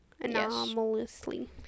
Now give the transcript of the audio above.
Anomalously